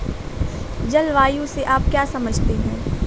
जलवायु से आप क्या समझते हैं?